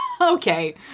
Okay